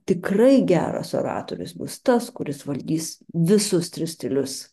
tikrai geras oratorius bus tas kuris valdys visus tris stilius